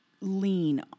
lean